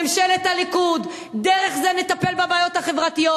ממשלת הליכוד,